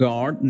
God